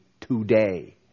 today